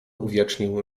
uwiecznił